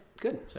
good